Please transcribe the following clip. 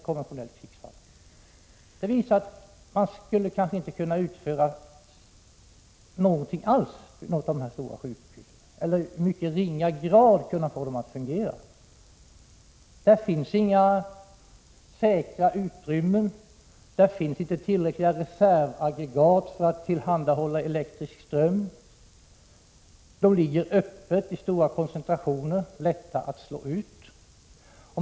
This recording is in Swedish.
Utredningarna har visat att man kanske inte skulle kunna utföra någonting alls vid dessa stora sjukhus eller att sjukhusen i mycket ringa grad skulle komma att fungera. Där finns inga säkra utrymmen. Där finns inte tillräckliga reservaggregat för att tillhandahålla elektrisk ström. Sjukhusen ligger öppet i stora koncentrationer, och det är lätt att slå ut dem.